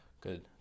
Good